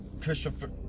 Christopher